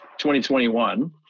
2021